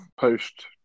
Post